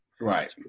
Right